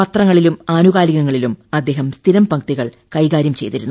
പത്രങ്ങളിലും ആനുകാലികങ്ങളിലും സ്ഥിരം പംക്തികൾ കൈകാര്യം ചെയ്തിരുന്നു